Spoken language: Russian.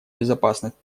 безопасность